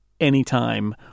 anytime